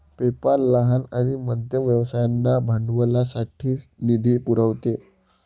PayPal लहान आणि मध्यम व्यवसायांना भांडवलासाठी निधी पुरवते